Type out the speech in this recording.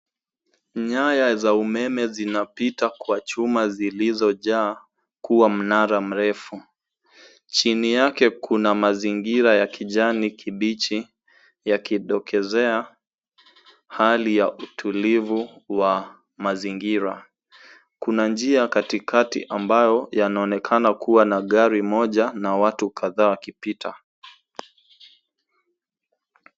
Nyaya za umeme zinapitwa kwa chuma zilizojaa kuwa mnara mrefu. Chini yake kuna mazingira ya kijani kibichi yakidokezea hali ya utulivu wa mazingira. Kuna njia katikati ambao unaonekana kuwa na gari moja na watu kadhaa wakipita.